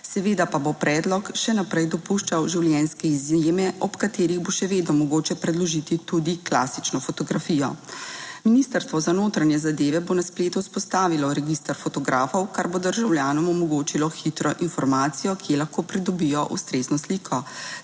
seveda pa bo predlog še naprej dopuščal življenjske izjeme, ob katerih bo še vedno mogoče predložiti tudi klasično fotografijo. Ministrstvo za notranje zadeve bo na spletu vzpostavilo register fotografov, kar bo državljanom omogočilo hitro informacijo, kje lahko pridobijo ustrezno sliko.